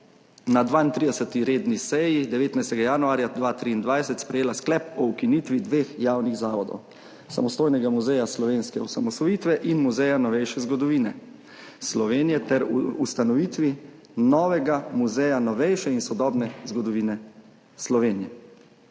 na 32. redni seji 19. januarja 2023 sprejela sklep o ukinitvi dveh javnih zavodov: samostojnega muzeja slovenske osamosvojitve in Muzeja novejše zgodovine Slovenije ter o ustanovitvi novega muzeja novejše in sodobne zgodovine Slovenije.